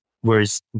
whereas